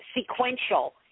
sequential